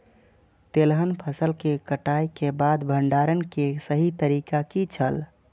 तेलहन फसल के कटाई के बाद भंडारण के सही तरीका की छल?